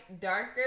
darker